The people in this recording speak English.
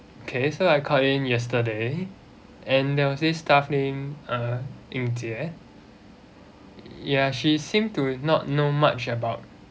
okay so I called in yesterday and there was this staff name uh ying jie ya she seem to not know much about